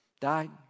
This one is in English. Died